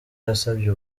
yasabye